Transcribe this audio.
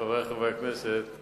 חברי חברי הכנסת,